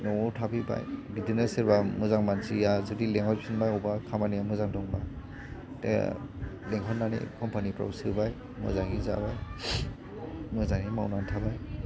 न'आव थाफैबाय बिदिनो सोरबा मोजां मानसिया जुदि लिंहरफिनबाय अबेबा खामानिया मोजां दंबा लिंहरनानै कम्पानिफ्राव सोबाय मोजाङै जाबाय मोजाङै मावनानै थाबाय